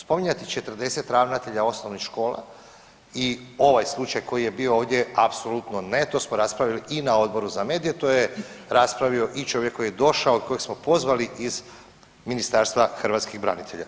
Spominjati 40 ravnatelja osnovnih škola i ovaj slučaj koji je bio ovdje apsolutno ne, to smo raspravili i na Odboru za medije, to je raspravio i čovjek koji je došao, kojeg smo pozvali iz Ministarstva hrvatskih branitelja.